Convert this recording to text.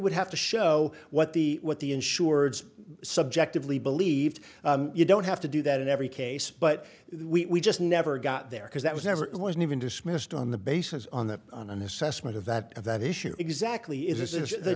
would have to show what the what the insureds subjectively believe you don't have to do that in every case but we just never got there because that was never it wasn't even dismissed on the basis on that on an assessment of that of that issue exactly is this is the